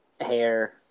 hair